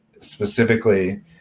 specifically